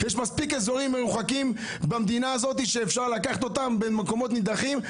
יש מספיק אזורים מרוחקים במדינה הזאת שאפשר לקחת אותם במקומות נידחים.